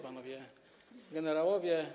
Panowie Generałowie!